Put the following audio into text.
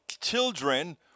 children